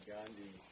Gandhi